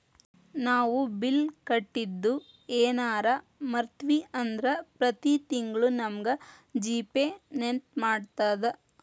ನಾವು ಬಿಲ್ ಕಟ್ಟಿದ್ದು ಯೆನರ ಮರ್ತ್ವಿ ಅಂದ್ರ ಪ್ರತಿ ತಿಂಗ್ಳು ನಮಗ ಜಿ.ಪೇ ನೆನ್ಪ್ಮಾಡ್ತದ